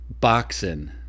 Boxing